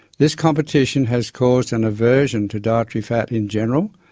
this competition has caused an aversion to dietary fat in general,